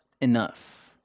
enough